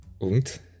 Und